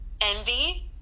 envy